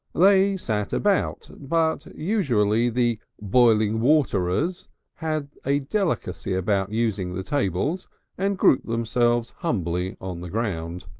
they sat about, but usually the boiling water-ers had a delicacy about using the tables and grouped themselves humbly on the ground.